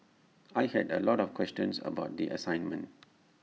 I had A lot of questions about the assignment